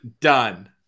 done